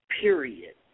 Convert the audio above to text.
period